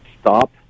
stop